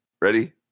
Ready